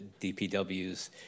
DPW's